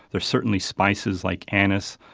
there are certainly spices like anise,